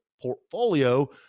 portfolio